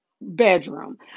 bedroom